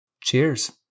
Cheers